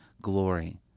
glory